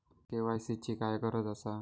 KYC ची काय गरज आसा?